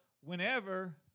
whenever